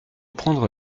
prendre